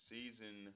Season